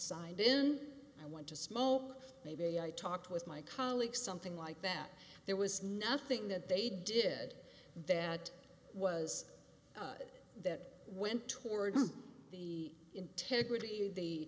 signed then i want to smoke maybe i talked with my colleagues something like that there was nothing that they did that was that went towards the integrity